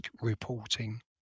reporting